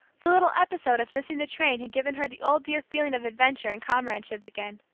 the little episode of missing the train had given her the old dear feeling of adventure and comradeship again.